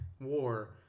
war